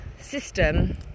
system